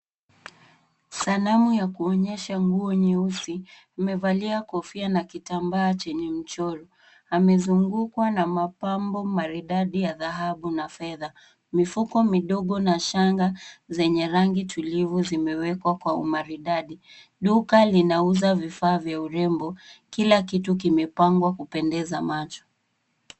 Sanamu ya kuonyesha nguo nyeusi imevalia kofia na kitambaa chenye mchoro. Amezungukwa na mapambo maridadi ya dhahabu na fedha. Mifuko midogo na shanga zenye rangi tulivu zimewekwa kwa umaridadi. Duka linauza vifaa vya urembo. Kila kitu kimepangwa kupendeza macho.